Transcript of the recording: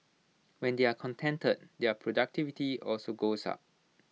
when they are contented their productivity also goes up